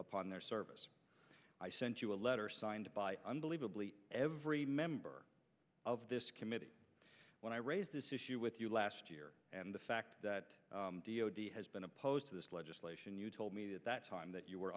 upon their service i sent you a letter signed by unbelievably every member of this committee when i raised this issue with you last year and the fact that he has been opposed to this legislation you told me at that time that you were